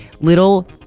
little